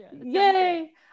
yay